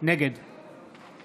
נגד